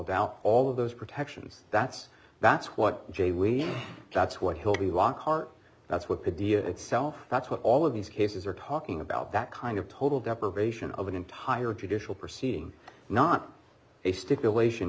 doubt all of those protections that's that's what j we that's what he'll be waqar that's what the dia itself that's what all of these cases are talking about that kind of total deprivation of an entire judicial proceeding not a stipulation